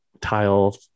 tile